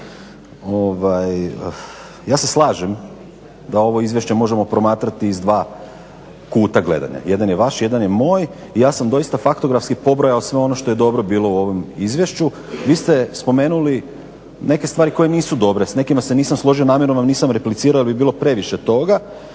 Ja se slažem da ovo izvješće možemo promatrati iz dva kuta gledanja, jedan je vaš, jedan je moj i ja sam doista faktografski pobrojao sve ono što je dobro bilo u ovom izvješću. Vi ste spomenuli neke stvari koje nisu dobre. S nekima se nisam složio, namjerno vam nisam replicirao jer bi bilo previše toga.